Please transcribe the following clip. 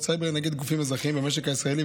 סייבר נגד גופים אזרחיים במשק הישראלי,